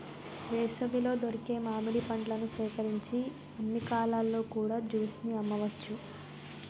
వేసవిలో దొరికే మామిడి పండ్లను సేకరించి అన్ని కాలాల్లో కూడా జ్యూస్ ని అమ్మవచ్చు